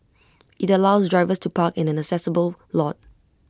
IT allows drivers to park in an accessible lot